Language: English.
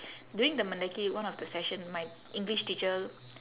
during the mendaki one of the session my english teacher